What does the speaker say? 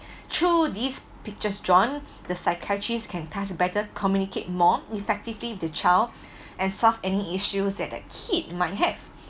through these pictures drawn the psychiatrist can thus better communicate more effectively with the child and solve any issues at that kid might have